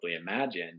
imagine